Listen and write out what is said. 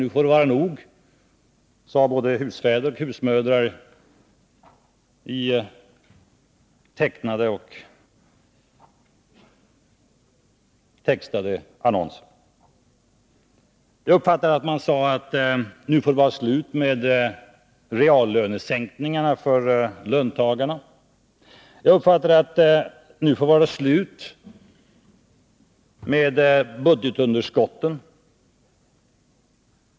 Nu får det vara nog, sade både husfäder och husmödrar i tecknade och textade annonser. Jag uppfattade att man sade att det nu får vara slut på reallönesänkningarna för löntagarna. Jag uppfattade att det nu får vara slut med budgetunderskotten.